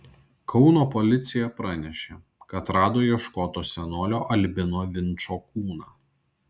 kauno policija pranešė kad rado ieškoto senolio albino vinčo kūną